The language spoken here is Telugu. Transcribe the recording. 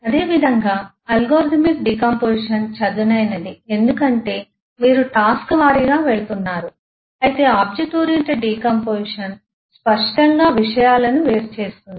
అదేవిధంగా అల్గోరిథమిక్ డికాంపొజిషన్ చదునైనది ఎందుకంటే మీరు టాస్క్ వారీగా వెళుతున్నారు అయితే ఆబ్జెక్ట్ ఓరియెంటెడ్ డికాంపొజిషన్ స్పష్టంగా విషయాలను వేరు చేస్తుంది